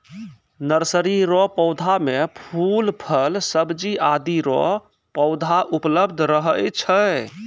nursery रो पौधा मे फूल, फल, सब्जी आदि रो पौधा उपलब्ध रहै छै